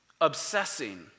obsessing